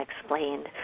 explained